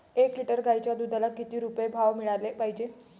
एक लिटर गाईच्या दुधाला किती रुपये भाव मिळायले पाहिजे?